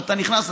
שאתה נכנס,